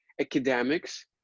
academics